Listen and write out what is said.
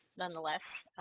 nonetheless,